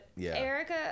Erica